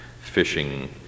fishing